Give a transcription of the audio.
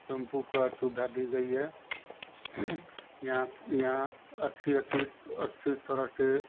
tempo की सुविधा दी गई है यहाँ यहाँ अच्छी अच्छी अच्छी तरह से